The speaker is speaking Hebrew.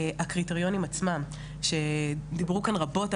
הקריטריונים עצמם שדיברו כאן רבות,